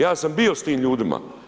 Ja sam bio s tim ljudima.